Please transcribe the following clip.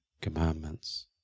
commandments